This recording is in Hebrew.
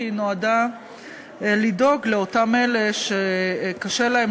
כי היא נועדה לדאוג לאותם אלה שקשה להם